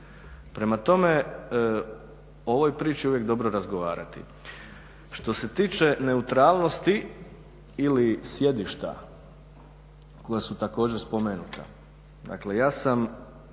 Prema tome o ovoj priči je uvijek dobro razgovarati. Što se tiče neutralnosti ili sjedišta koja su također spomenuta, dakle ja sam